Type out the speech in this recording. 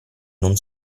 non